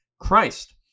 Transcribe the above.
Christ